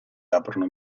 aprono